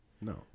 No